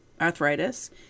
arthritis